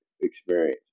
experience